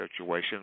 situation